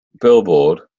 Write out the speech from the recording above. billboard